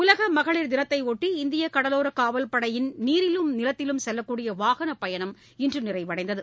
உலக மகளிர் தினத்தையொட்டி இந்திய கடலோரக்காவல்படையின் நீரிலும் நிலத்திலும் செல்லக்கூடிய வாகன பயணம் இன்று நிறைவடைந்தது